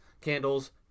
candles